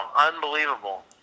Unbelievable